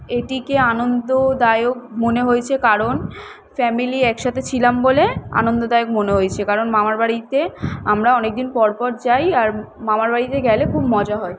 এটিকে আনন্দদায়ক মনে হয়েছে কারণ ফ্যামিলি একসাথে ছিলাম বলে আনন্দদায়ক মনে হয়েছে কারণ মামার বাড়িতে আমরা অনেক দিন পর পর যাই আর মামার বাড়িতে গেলে খুব মজা হয়